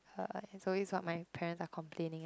uh it's always what my parents are complaining ah